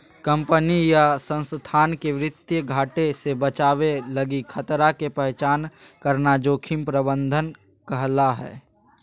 company या संस्थान के वित्तीय घाटे से बचावे लगी खतरा के पहचान करना जोखिम प्रबंधन कहला हय